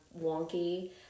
wonky